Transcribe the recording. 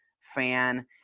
fan